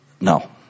no